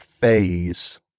phase